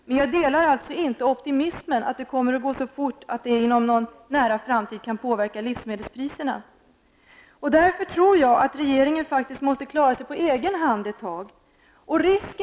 Men jag delar alltså inte optimismen -- att det kommer att gå så fort att det inom en nära framtid kan påverka livsmedelspriserna. Därför tror jag att regeringen måste klara sig på egen hand ett tag.